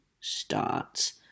starts